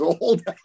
old